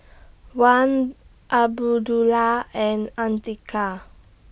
Wan Abdullah and Andika